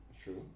True